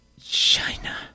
China